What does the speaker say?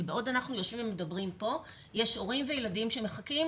כי בעוד אנחנו יושבים ומדברים פה יש הורים וילדים שמחכים